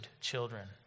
children